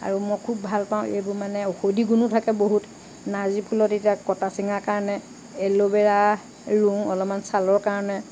আৰু মই খুব ভাল পাওঁ এইবোৰ মানে ঔষধি গুণো থাকে বহুত নাৰ্জী ফুলত এতিয়া কটা চিঙাৰ কাৰণে এল'বেৰা ৰুওঁ অলপমান ছালৰ কাৰণে